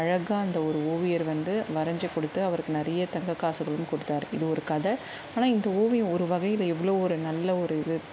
அழகா அந்த ஒரு ஓவியர் வந்து வரைஞ்சி கொடுத்து அவருக்கு நிறைய தங்கக்காசுகளும் கொடுத்தாரு இது ஒரு கதை ஆனால் இந்த ஓவியம் ஒரு வகையில் எவ்வளோ ஒரு நல்ல ஒரு இது